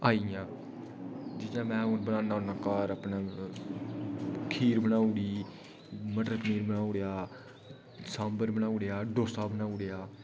आइयां जि'यां में हू'न बनाना होना घर अपने खीर बनाऊ ओड़ी मटर पनीर बनाऊ ओड़ेआ सांबर बनाऊ ओड़ेआ डोसा बनाऊ ओड़ेआ